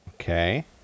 Okay